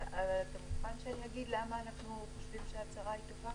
אתה מוכן שאני אגיד למה אנחנו חושבים שההצהרה היא טובה?